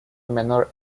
menor